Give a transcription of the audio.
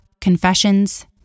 confessions